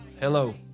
hello